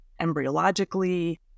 embryologically